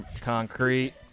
Concrete